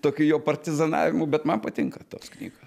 tokiu jo partizanavimu bet man patinka tos knygos